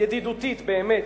ידידותית באמת.